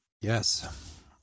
Yes